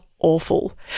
awful